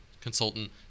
consultant